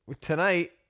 tonight